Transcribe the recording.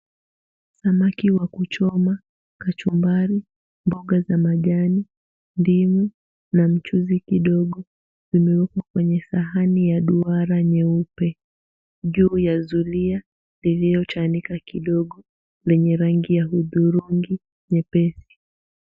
Samaki wa kuchoma, kachumbari, mboga za majani, ndimu na mchuzi kidogo. Zimewekwa kwenye sahani ya duara nyeupe. Juu ya zulia, iliyochanika kidogo, lenye rangi ya udhurungi nyepesi.